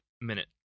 minute